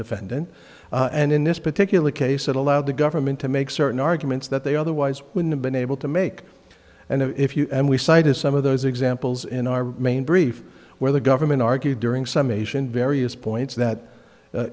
defendant and in this particular case it allowed the government to make certain arguments that they otherwise wouldn't have been able to make and if you and we've cited some of those examples in our main brief where the government argued during some asian various points that